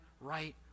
right